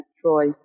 Troy